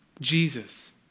Jesus